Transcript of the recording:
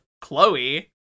Chloe